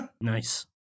Nice